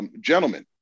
gentlemen